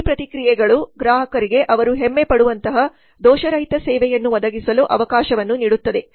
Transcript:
ಈ ಪ್ರತಿಕ್ರಿಯೆಗಳು ಗ್ರಾಹಕರಿಗೆ ಅವರು ಹೆಮ್ಮೆ ಪಡುವಂತಹ ದೋಷರಹಿತ ಸೇವೆಯನ್ನು ಒದಗಿಸಲು ಅವಕಾಶವನ್ನು ನೀಡುತ್ತದೆ